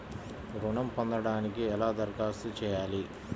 ఋణం పొందటానికి ఎలా దరఖాస్తు చేయాలి?